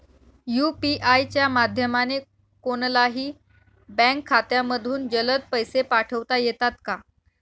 UPI च्या माध्यमाने कोणलाही बँक खात्यामधून जलद पैसे पाठवता येतात का?